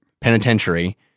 Penitentiary